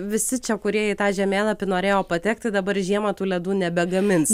visi čia kūrėjai į tą žemėlapį norėjo patekti dabar žiemą tų ledų nebegamins